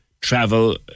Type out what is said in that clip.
travel